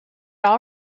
all